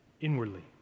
inwardly